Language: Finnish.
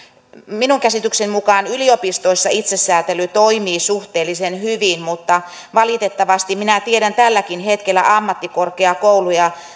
minun käsitykseni mukaan yliopistoissa itsesäätely toimii suhteellisen hyvin mutta valitettavasti minä tiedän tälläkin hetkellä ammattikorkeakouluja